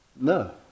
No